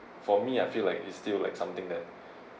for me I feel like it's still like something that